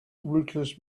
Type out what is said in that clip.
rootless